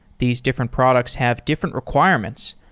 these different products have different requirements,